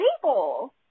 people